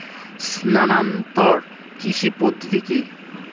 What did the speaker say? স্থানান্তর কৃষি পদ্ধতি কি?